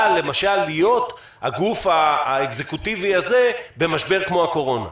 למשל להיות הגוף האקזקוטיבי הזה במשבר כמו הקורונה.